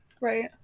Right